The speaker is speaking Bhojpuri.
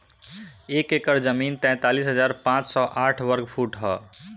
एक एकड़ जमीन तैंतालीस हजार पांच सौ साठ वर्ग फुट ह